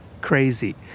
crazy